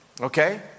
okay